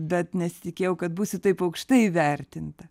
bet nesitikėjau kad būsiu taip aukštai įvertinta